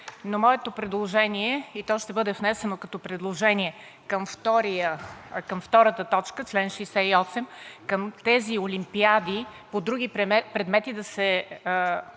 но моето предложение, и то ще бъде внесено като предложение към втората точка – чл. 68, към тези олимпиади по други предмети да се